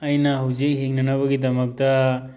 ꯑꯩꯅ ꯍꯧꯖꯤꯛ ꯍꯤꯡꯅꯅꯕꯒꯤꯗꯃꯛꯇ